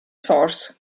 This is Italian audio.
source